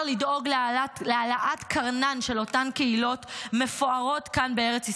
לדאוג להעלאת קרנן של אותן קהילות מפוארות כאן בארץ ישראל,